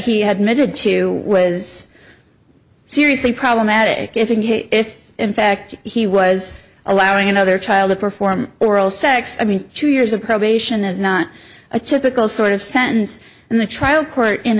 he had measured to was seriously problematic if if in fact he was allowing another child to perform oral sex i mean two years of probation is not a typical sort of sense and the trial court